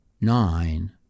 nine